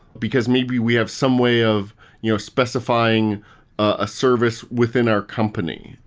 because maybe we have some way of you know specifying a service within our company.